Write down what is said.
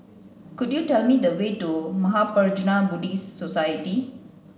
could you tell me the way to Mahaprajna Buddhist Society